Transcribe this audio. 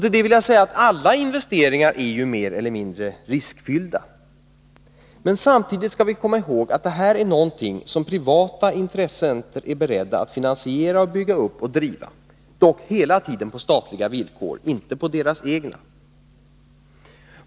Till det vill jag säga att alla investeringar är ju mer eller mindre riskfyllda. Men samtidigt skall vi komma ihåg att det här är någonting som privata intressen är beredda att finansiera och bygga upp och driva — dock hela tiden på statliga villkor och inte på deras egna.